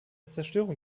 zerstörung